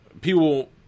people